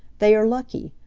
they are lucky.